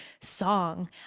song